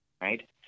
right